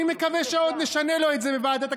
אני מקווה שעוד נשנה לו את זה בוועדת הכספים,